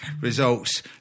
results